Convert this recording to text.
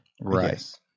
Right